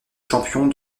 champions